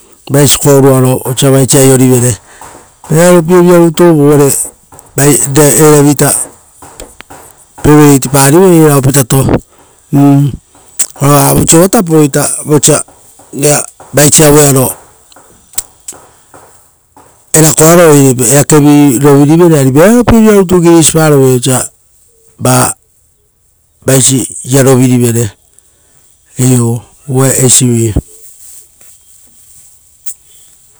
Vaisi koruaro osa vaisi aiorivere vearopievira rutu uvare vai eravita. Pevereit pariveira opitato uuh. Ora vavoisio vaa tapoita vosa, rera vaisi auearo erakoaro are eakevi rovirivere ari vearopievira girisi parovere, osa, vaa vaisi iaa rovirivere, iuu uva eisivi.